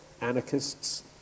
anarchists